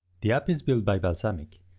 the app is build by balsamiq,